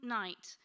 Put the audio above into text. night